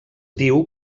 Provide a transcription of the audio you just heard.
diu